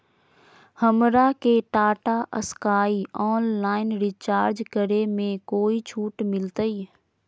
हमरा के Tata Sky online recharge करे में कोई छूट मिलतई